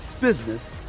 business